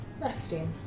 resting